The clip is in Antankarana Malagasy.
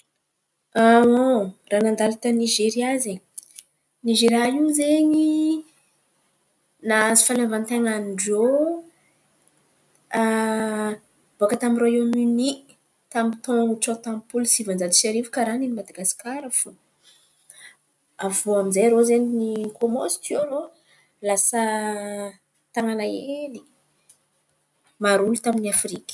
Raha nandalo ta Nizeria izen̈y, Nizeria iô zen̈y, nahazo fahaleovanten̈an-drô baka tamin’ny Rôiômonia tamin’ny tôn̈o tsôta-polo sivan-jato sy arivo karàn’i Madagasikara fo. Avô amizay irô izen̈y kômansy teo irô lasa tan̈àna hely maro olo tamin’ny Afrika.